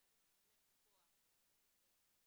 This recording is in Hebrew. אולי גם ניתן להם כוח לעשות את זה בתוך